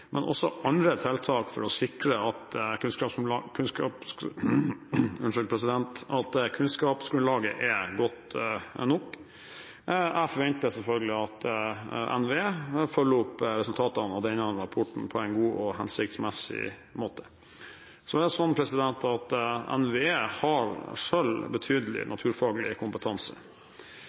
men også andre tiltak, for å sikre at kunnskapsgrunnlaget er godt nok. Jeg forventer selvfølgelig at NVE følger opp resultatene av denne rapporten på en god og hensiktsmessig måte. NVE har selv betydelig naturfaglig kompetanse. Dette bidrar til at